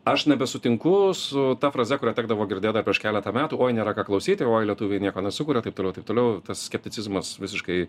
aš nebesutinku su ta fraze kurią tekdavo girdėt dar prieš keletą metų oi nėra ką klausyti oi lietuviai nieko nesukuria taip toliau taip toliau tas skepticizmas visiškai